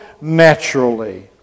naturally